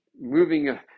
moving